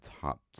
top